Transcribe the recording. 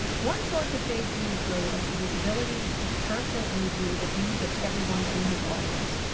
one source of jz's brilliance is his ability to keep constantly in view the views of everyone in his audience.